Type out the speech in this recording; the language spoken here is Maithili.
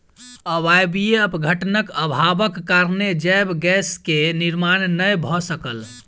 अवायवीय अपघटनक अभावक कारणेँ जैव गैस के निर्माण नै भअ सकल